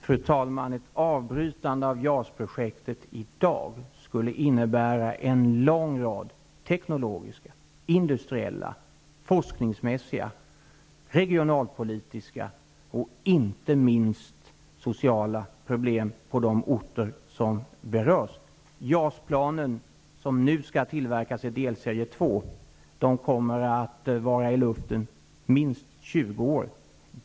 Fru talman! Ett avbrytande i dag av JAS-projektet skulle innebära en lång rad teknologiska, industriella, forskningsmässiga, regionalpolitiska och, inte minst, sociala problem på de orter som berörs. kommer att verka i luften i minst 20 år.